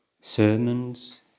sermons